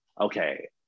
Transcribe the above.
okay